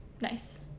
Nice